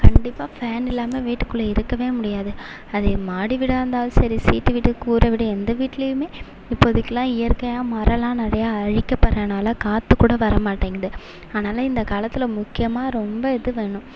கண்டிப்பாக ஃபேன் இல்லாமல் விட்டுக்குள்ளே இருக்கவே முடியாது அது மாடி வீடாக இருந்தாலும் சரி ஷீட்டு வீடு கூரை வீடு எந்த வீட்டிலியுமே இப்போதுக்கிலாம் இயற்கையாக மரோலாம் நிறையா அழிக்கிப்படுகிறதுனால காற்று கூட வர மாட்டேங்கிது அதனால் இந்த காலத்தில் முக்கியமாக ரொம்ப இது வேணும்